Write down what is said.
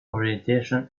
orientation